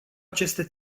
aceste